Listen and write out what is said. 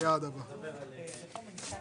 הישיבה